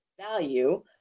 value